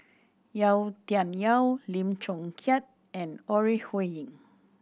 Yau Tian Yau Lim Chong Keat and Ore Huiying